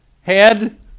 Head